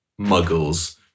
muggles